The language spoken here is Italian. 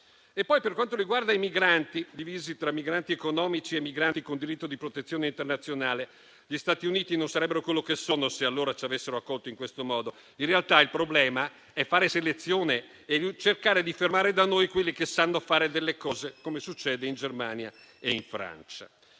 Per quanto riguarda i migranti, divisi tra migranti economici e migranti con diritto di protezione internazionale, gli Stati Uniti non sarebbero quello che sono se allora ci avessero accolto in questo modo. In realtà il problema è fare selezione e cercare di fermare da noi quelli che sanno fare delle cose, come succede in Germania e in Francia.